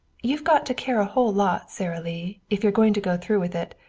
you've got to care a whole lot, sara lee, if you're going to go through with it.